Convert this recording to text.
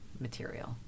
material